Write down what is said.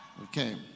okay